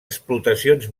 explotacions